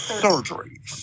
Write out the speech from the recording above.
surgeries